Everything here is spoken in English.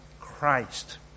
Christ